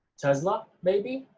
tesla, maybe,